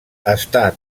està